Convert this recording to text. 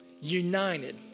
united